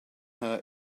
her